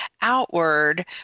outward